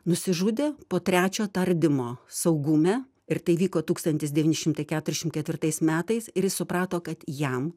nusižudė po trečio tardymo saugume ir tai vyko tūkstantis devyni šimtai keturšim ketvirtais metais ir jis suprato kad jam